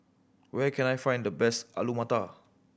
where can I find the best Alu Matar